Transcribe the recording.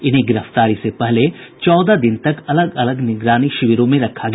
इन्हें गिरफ्तारी से पहले चौदह दिन तक अलग अलग निगरानी शिविरों में रखा गया